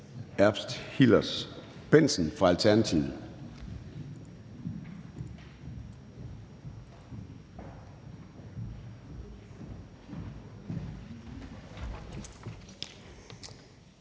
Erbs Hillers-Bendtsen fra Alternativet.